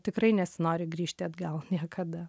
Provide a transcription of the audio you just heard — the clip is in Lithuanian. tikrai nesinori grįžti atgal niekada